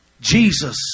Jesus